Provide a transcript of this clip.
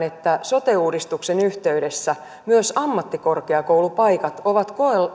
että sote uudistuksen yhteydessä myös ammattikorkeakoulupaikat ovat